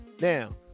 now